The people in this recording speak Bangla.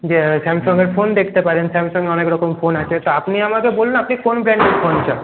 স্যামসঙের ফোন দেখতে পারেন স্যামসঙের অনেক রকম ফোন আছে তা আপনি আপনার আমাকে বলুন আপনি কোন ব্রান্ডের ফোন চান